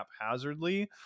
haphazardly